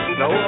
no